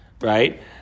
right